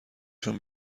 شون